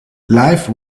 live